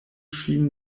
ŝin